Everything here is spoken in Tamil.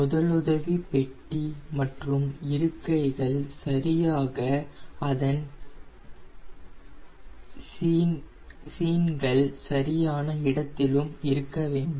முதலுதவி பெட்டி மற்றும் இருக்கைகள் சரியாக அதன் சீன் சரியான இடத்திலும் இருக்க வேண்டும்